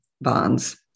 bonds